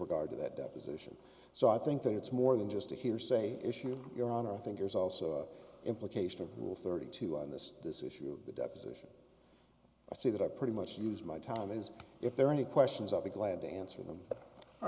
regard to that deposition so i think that it's more than just a hearsay issue your honor i think there's also an implication of rule thirty two on this this issue of the deposition i see that i pretty much use my time as if there are any questions of the glad to answer them all